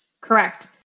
Correct